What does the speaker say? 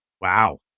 Wow